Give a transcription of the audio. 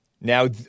Now